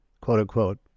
quote-unquote